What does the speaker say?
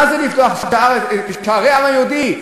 מה זה לפתוח את שערי העם היהודי?